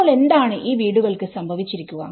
ഇപ്പോൾ എന്താണ് ഈ വീടുകൾക്ക് സംഭവിച്ചിരിക്കുക